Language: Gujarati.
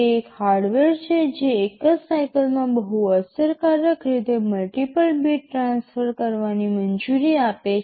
તે એક હાર્ડવેર છે જે એક જ સાઇકલમાં બહુ અસરકારક રીતે મલ્ટિપલ બીટ ટ્રાન્સફર કરવાની મંજૂરી આપે છે